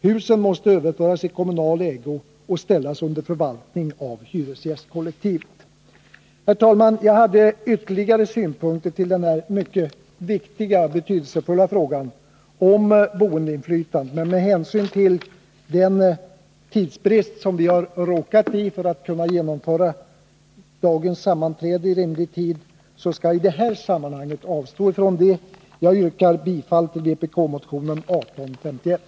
Husen måste överföras i kommunal ägo och ställas under förvaltning av hyresgästkollektivet. Herr talman! Jag hade ytterligare synpunkter på denna viktiga och betydelsefulla fråga om boendeinflytande, men med hänsyn till den tidsbrist som vi råkat i för att kunna genomföra dagens sammanträde i rimlig tid, skall jag i det här sammanhanget avstå från att framföra dem. Jag yrkar bifall till vpk-motionen 1851.